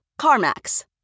CarMax